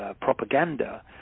propaganda